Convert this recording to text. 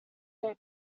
date